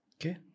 Okay